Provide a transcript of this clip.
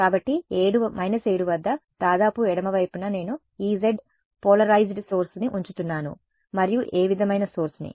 కాబట్టి 7 వద్ద దాదాపు ఎడమ వైపున నేను Ez పోలరైజ్డ్ సోర్స్ని ఉంచుతున్నాను మరియు ఏ విధమైన సోర్స్ ని